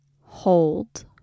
Hold